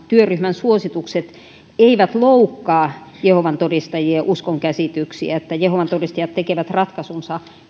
työryhmän suositukset eivät loukkaa jehovan todistajien uskonkäsityksiä että jehovan todistajat tekevät ratkaisunsa